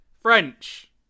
French